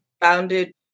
founded